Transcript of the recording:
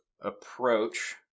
approach